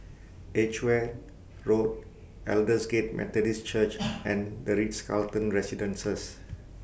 Edgeware Road Aldersgate Methodist Church and The Ritz Carlton Residences